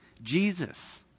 Jesus